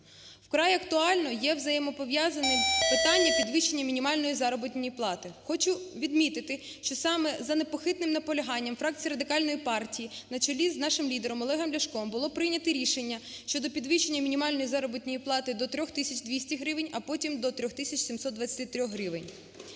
Вкрай актуальними є взаємопов'язані питання підвищення мінімальної заробітної плати. Хочу відмітити, що саме за непохитним наполяганням фракції Радикальної партії на чолі з нашим лідером Олегом Ляшком було прийнято рішення щодо підвищення мінімальної заробітної плати до трьох тисяч 200 гривень, а потім до 3 тисяч 723 гривень.